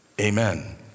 Amen